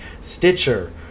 Stitcher